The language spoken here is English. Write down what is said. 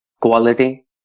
quality